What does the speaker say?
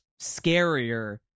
scarier